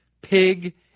pig